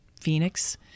Phoenix